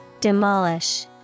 Demolish